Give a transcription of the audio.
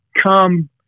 come